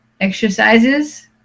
exercises